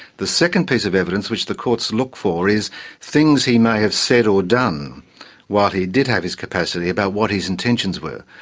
the second piece of evidence which the courts look for is things he may have said or done while he did have his capacity about what his intentions were.